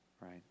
right